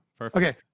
Okay